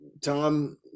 tom